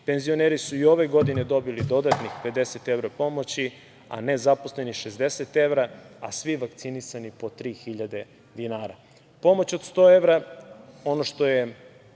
Penzioneri su i ove godine dobili dodatnih 50 evra pomoći, a nezaposleni 60 evra, a svi vakcinisani po 3.000 dinara. Pomoć od 100 evra, ono što